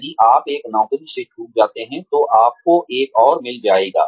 यदि आप एक नौकरी से चूक जाते हैं तो आपको एक और मिल जाएगा